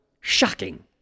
Shocking